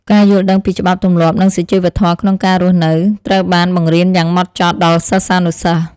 ការយល់ដឹងពីច្បាប់ទម្លាប់និងសុជីវធម៌ក្នុងការរស់នៅត្រូវបានបង្រៀនយ៉ាងម៉ត់ចត់ដល់សិស្សានុសិស្ស។